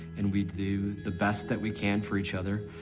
and we do the best that we can for each other,